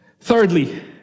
Thirdly